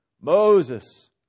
Moses